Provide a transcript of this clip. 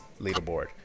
Leaderboard